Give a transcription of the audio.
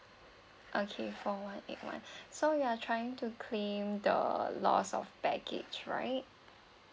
okay four one eight one so you are trying to claim the loss of baggage right